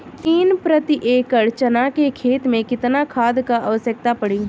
तीन प्रति एकड़ चना के खेत मे कितना खाद क आवश्यकता पड़ी?